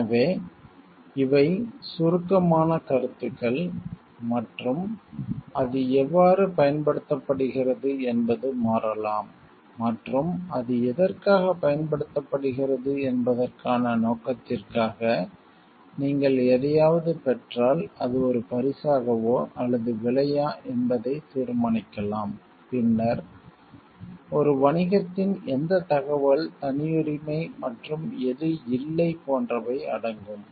எனவே இவை சுருக்கமான கருத்துக்கள் மற்றும் அது எவ்வாறு பயன்படுத்தப்படுகிறது என்பது மாறலாம் மற்றும் அது எதற்காகப் பயன்படுத்தப்படுகிறது என்பதற்கான நோக்கத்திற்காக நீங்கள் எதையாவது பெற்றால் அது ஒரு பரிசாகவா அல்லது விலையா என்பதை தீர்மானிக்கலாம் பின்னர் ஒரு வணிகத்தின் எந்தத் தகவல் தனியுரிமை மற்றும் எது இல்லை போன்றவை அடங்கும்